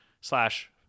slash